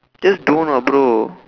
just don't want lah bro